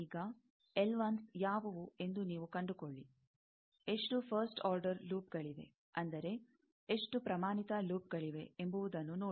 ಈಗ ಯಾವುವು ಎಂದು ನೀವು ಕಂಡುಕೊಳ್ಳಿ ಎಷ್ಟು ಫಸ್ಟ್ ಆರ್ಡರ್ ಲೂಪ್ಗಳಿವೆ ಅಂದರೆ ಎಷ್ಟು ಪ್ರಮಾಣಿತ ಲೂಪ್ಗಳಿವೆ ಎಂಬುವುದನ್ನು ನೋಡಿ